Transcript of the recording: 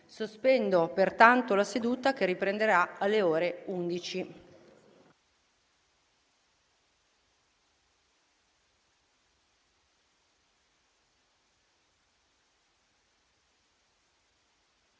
Sospendo ora la seduta, che riprenderà alle ore 11.